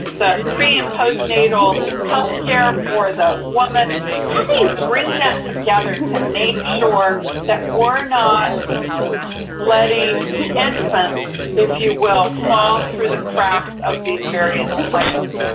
the pre and postnatal healthcare for the woman. how do you bring that together to make sure that we're not letting infants, if you will, fall through the cracks of these various plans?